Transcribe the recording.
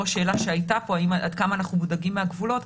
השאלה שהייתה פה עד כמה אנחנו מודאגים מהגבולות.